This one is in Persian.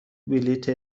بلیط